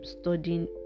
studying